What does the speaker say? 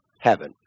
Heaven